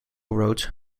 wrote